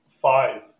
five